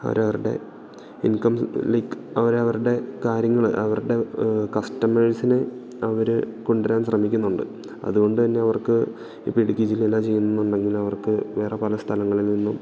അവർ അവരുടെ incomes like അവർ അവരുടെ കാര്യങ്ങൾ അവരുടെ കസ്റ്റമേഴ്സിനെ അവർ കൊണ്ടുവരാൻ ശ്രമിക്കുന്നുണ്ട് അതുകൊണ്ടുതന്നെ അവർക്ക് ഇപ്പം ഇടുക്കി ജില്ലയിലാണ് ചെയ്യുന്നത് എന്നുണ്ടെങ്കിൽ അവർക്ക് വേറെ പല സ്ഥലങ്ങളിൽനിന്നും